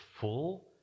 full